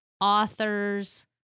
authors